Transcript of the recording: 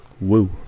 Woo